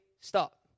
stop